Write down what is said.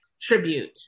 tribute